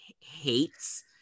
hates